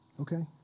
Okay